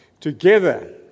Together